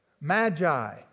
Magi